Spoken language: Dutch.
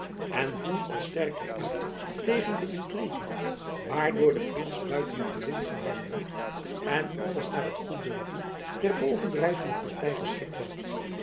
en voer al sterker uit tegen de intrigue waardoor de prins buiten het bewind gehouden en alles naar het goeddunken der bovendrijvende party geschikt werd